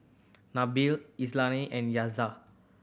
Nabil Izzati and